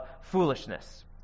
foolishness